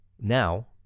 now